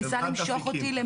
במיוחד אפיקים.